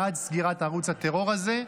בעד סגירת ערוץ הטרור הזה.